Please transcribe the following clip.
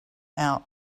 out